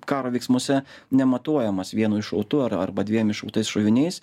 karo veiksmuose nematuojamas vienu iššautu ar arba dviem iššautais šoviniais